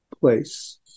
place